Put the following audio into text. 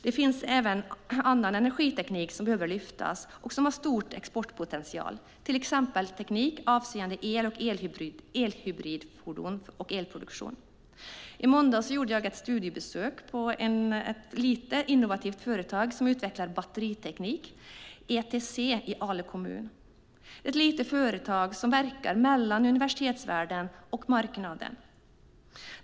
Det finns även annan energiteknik som behöver lyftas fram och som har stor exportpotential, till exempel teknik avseende el och elhybridfordon och elproduktion. I måndags gjorde jag ett studiebesök på ett litet, innovativt företag som utvecklar batteriteknik - ETC i Ale kommun. Det är ett litet företag som verkar mellan universitetsvärlden och marknaden.